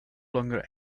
longer